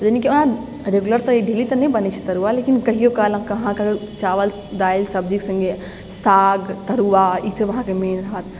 यानि की अहाँ रेगुलर तऽ ई डेली तऽ नहि बनै छै तरुआ लेकिन कहियो काल अहाँके चावल दालि सब्जीके सङ्गे साग तरुआ ई सब अहाँके मेन रहत